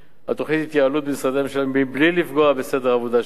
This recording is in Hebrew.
על תוכנית התייעלות במשרדי הממשלה בלי לפגוע בסדר העבודה שלהם.